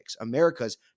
America's